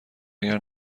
اگر